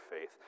faith